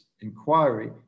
inquiry